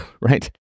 right